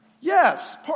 Yes